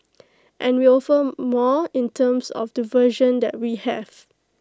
and we offer more in terms of the version that we have